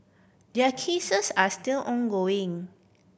their cases are still ongoing